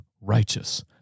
righteous